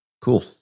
Cool